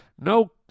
No